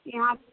यहाँ